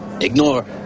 ignore